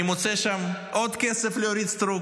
אני מוצא שם עוד כסף לאורית סטרוק.